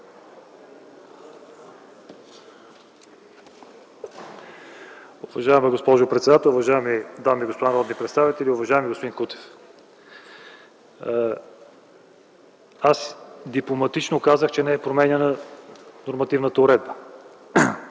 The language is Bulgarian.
Уважаема госпожо председател, уважаеми дами и господа народни представители, уважаеми господин Кутев! Аз дипломатично казах, че не е променяна нормативната уредба.